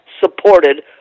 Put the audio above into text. supported